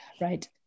right